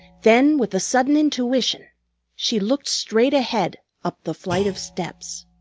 then with a sudden intuition she looked straight ahead, up the flight of steps.